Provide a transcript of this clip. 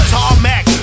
Tarmac